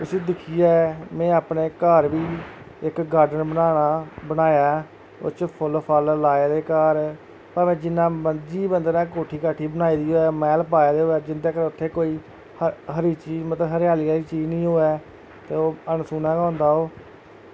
उस्सी दिक्खियै में अपने घर बी इक गार्डन बनाना बनाया ऐ ओह्दे च फुल्ल फल्ल लाए दे घर भाएं जिन्ना मरजी बंदे ने कोठी काठी बनाई दी होए मैह्ल पाए दा होए जिन्ने तक उत्थै कोई हरी चीज मतलब हरियाली आह्ली चीज निं ऐ ओह् ते अनसूना गै होंदा ओह्